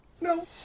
No